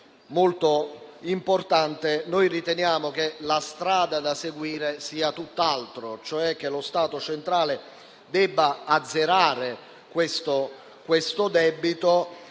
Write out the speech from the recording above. molto importante, riteniamo che la strada da seguire sia tutt'altra, cioè che lo Stato centrale debba azzerare questo debito